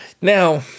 Now